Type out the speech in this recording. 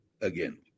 again